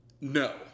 No